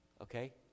Okay